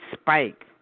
spike